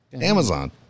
Amazon